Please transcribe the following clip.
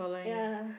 ya